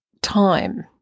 time